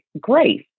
grace